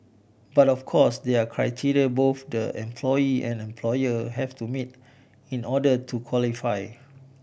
but of course there are criteria both the employee and employer have to meet in order to qualify